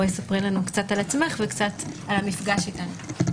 בואי ספרי לנו קצת על עצמך וקצת על המפגש איתנו.